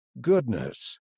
goodness